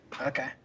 Okay